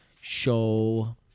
show